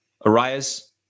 Arias